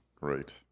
great